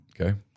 Okay